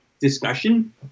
discussion